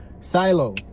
Silo